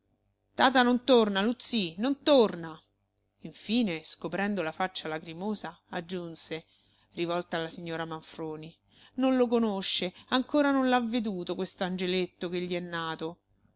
tata non torna luzzì non torna infine scoprendo la faccia lacrimosa aggiunse rivolta alla signora manfroni non lo conosce ancora non l'ha veduto quest'angeletto che gli è nato